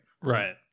Right